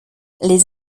les